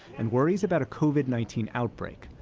and worries about a covid nineteen outbreak.